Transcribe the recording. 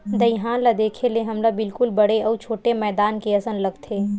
दईहान ल देखे ले हमला बिल्कुल बड़े अउ छोटे मैदान के असन लगथे